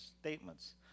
statements